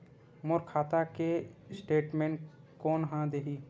मोर खाता के स्टेटमेंट कोन ह देही?